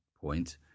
point